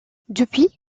depuis